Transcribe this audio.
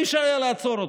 אי-אפשר היה לעצור אותו,